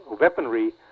weaponry